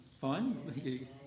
Fine